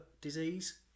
disease